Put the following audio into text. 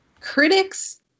critics